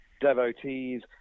devotees